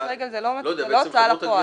פשיטת רגל זה לא הוצאה לפועל.